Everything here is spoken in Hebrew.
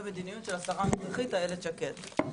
מדיניות של השרה הנוכחית איילת שקד.